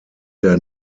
der